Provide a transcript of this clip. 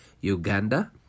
Uganda